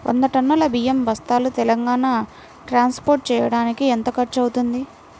వంద టన్నులు బియ్యం బస్తాలు తెలంగాణ ట్రాస్పోర్ట్ చేయటానికి కి ఎంత ఖర్చు అవుతుంది?